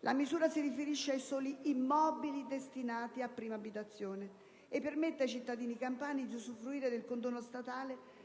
La misura si riferisce ai soli immobili destinati a prima abitazione e permette ai cittadini campani di usufruire del condono statale